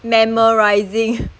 memorizing